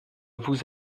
vous